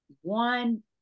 one